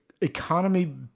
economy